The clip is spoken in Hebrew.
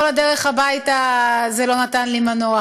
כל הדרך הביתה זה לא נתן לי מנוח,